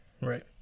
Right